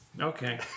Okay